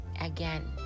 Again